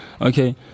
Okay